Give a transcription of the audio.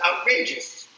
outrageous